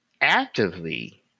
actively